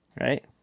right